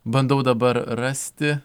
bandau dabar rasti